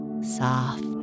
soft